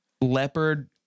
leopard